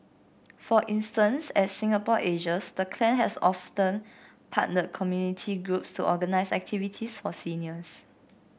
for instance as Singapore ages the clan has often partnered community groups to organise activities for seniors